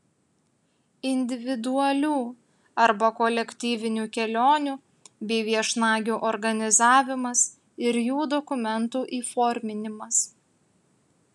individualių arba kolektyvinių kelionių bei viešnagių organizavimas ir jų dokumentų įforminimas